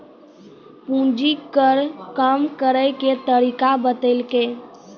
पूंजी कर कम करैय के तरीका बतैलकै